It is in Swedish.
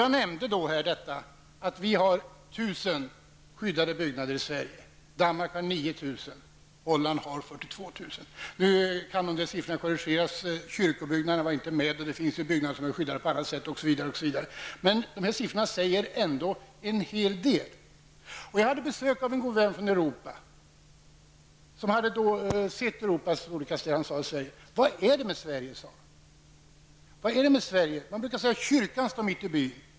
Jag nämnde då att vi i Sverige har 1 000 skyddade byggnader. Danmark har 9 000 och Holland har 42 000. Nu kan emellertid dessa tal korrigeras. T.ex. kyrkobyggnader var inte medräknade, och det finns byggnader som är skyddade på annat sätt, osv. Men dessa tal säger ändå en hel del. Jag hade besök av en god vän från Europa som har sett stora delar av Europa. Han sade: Vad är det med Sverige? Man brukar säga att kyrkan står mitt i byn.